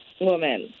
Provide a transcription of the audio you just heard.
woman